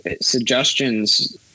suggestions